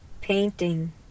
Painting